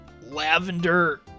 lavender